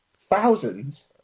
Thousands